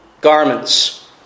garments